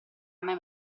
mai